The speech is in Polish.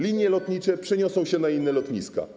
Linie lotnicze przeniosą się na inne lotniska.